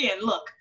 look